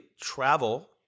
travel